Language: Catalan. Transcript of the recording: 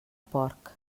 porc